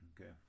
Okay